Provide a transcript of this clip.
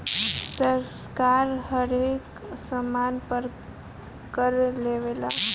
सरकार हरेक सामान पर कर लेवेला